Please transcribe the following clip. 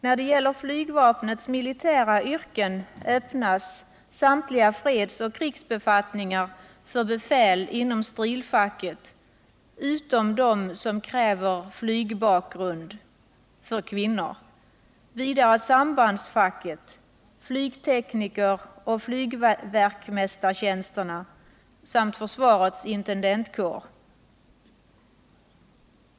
När det gäller flygvapnets militära yrken öppnas samtliga fredsoch krigsbefattningar för befäl inom stridsledningsfacket, utom de som kräver flygbakgrund, för kvinnor, vidare sambandsfacket, flygteknikeroch flygverkmästartjänsterna samt försvarets intendentkår.